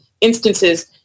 instances